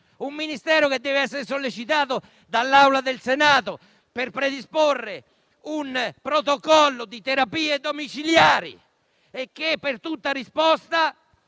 un Ministero che deve essere sollecitato dall'Aula del Senato a predisporre un protocollo di terapie domiciliari e che, per tutta risposta,